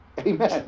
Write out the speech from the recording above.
amen